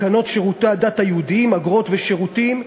תקנות שירותי הדת היהודיים (אגרות ושירותים),